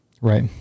Right